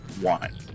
one